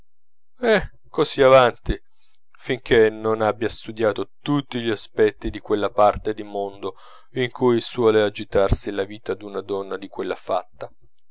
e così avanti fin che non abbia studiato tutti gli aspetti di quella parte di mondo in cui suole agitarsi la vita d'una donna di quella fatta